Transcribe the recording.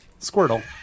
Squirtle